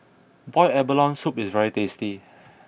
Boiled Abalone soup is very tasty